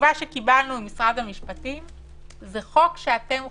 התשובה שקיבלנו ממשרד המשפטים הייתה שזה חוק שאנחנו חוקקנו.